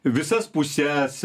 visas puses